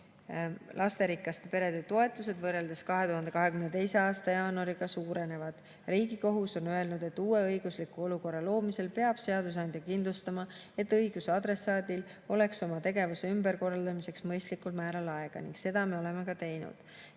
Lasterikaste perede toetused võrreldes 2022. aasta jaanuariga suurenevad. Riigikohus on öelnud, et uue õigusliku olukorra loomisel peab seadusandja kindlustama, et õiguse adressaadil oleks oma tegevuse ümberkorraldamiseks mõistlikul määral aega, ning seda me oleme ka teinud.